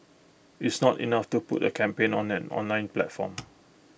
it's not enough to put A campaign on an online platform